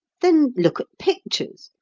then look at pictures,